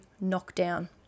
knockdown